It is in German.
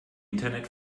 internet